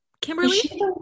kimberly